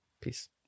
Peace